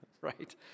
right